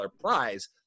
prize